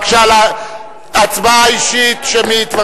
בבקשה הצבעה אישית, שמית.